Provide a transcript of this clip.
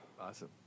Awesome